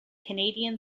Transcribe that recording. canadian